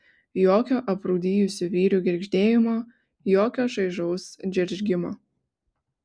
jokio aprūdijusių vyrių girgždėjimo jokio šaižaus džeržgimo